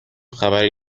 خبری